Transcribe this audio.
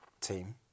team